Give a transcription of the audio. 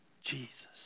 Jesus